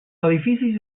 edificis